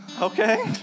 Okay